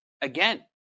again